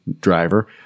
driver